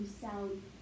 sound